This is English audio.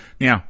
Now